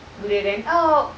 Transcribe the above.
boleh rent out